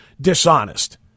dishonest